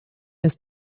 ist